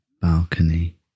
Balcony